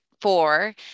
four